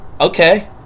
okay